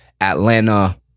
Atlanta